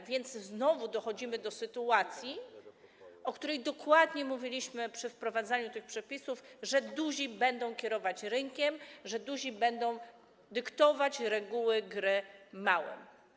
A więc znowu dochodzimy do sytuacji, o której dokładnie mówiliśmy przy wprowadzaniu tych przepisów, że duzi będą kierować rynkiem, że duzi będą dyktować reguły gry małym.